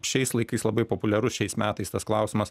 šiais laikais labai populiarus šiais metais tas klausimas